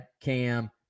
Cam